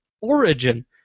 origin